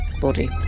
body